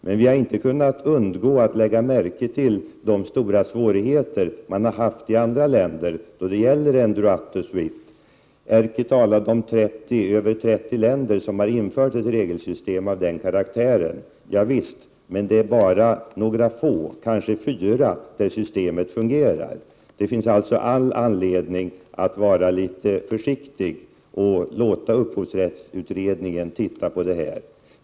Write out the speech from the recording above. Men vi har inte kunnat undgå att lägga märke till de stora svårigheter man haft i andra länder då det gäller droit de suite. Erkki Tammenoksa sade att över 30 länder infört ett regelsystem av den karaktären. Det är riktigt, men det är bara några få länder — kanske fyra — där systemet fungerar. Det finns alltså all anledning att vara litet försiktig och låta upphovsrättsutredningen titta på den frågan.